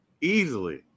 Easily